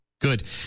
Good